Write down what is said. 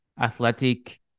athletic